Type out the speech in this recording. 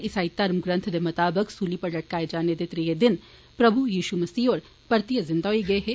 ईसाई धर्म ग्रन्थ दे मताबक सूली पर लटकाए जाने दे त्रीये दिन प्रभू यीषू मसीह होर परतियै जींदे होई गे हे